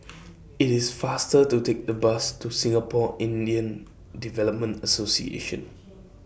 IT IS faster to Take The Bus to Singapore Indian Development Association